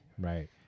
right